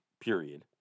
period